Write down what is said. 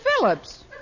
Phillips